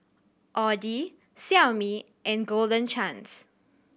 Audi Xiaomi and Golden Chance